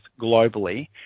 globally